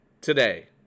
today